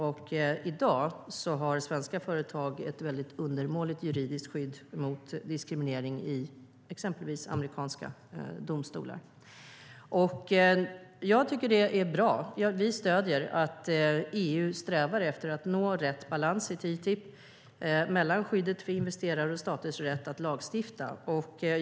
I dag har svenska företag ett undermåligt juridiskt skydd mot diskriminering i exempelvis amerikanska domstolar. Jag tycker att det är bra. Vi stöder att EU strävar efter att nå rätt balans i TTIP mellan skyddet för investerare och staters rätt att lagstifta.